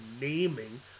naming